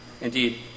Indeed